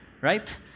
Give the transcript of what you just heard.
Right